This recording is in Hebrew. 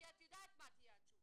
כי את יודעת מה תהיה התשובה,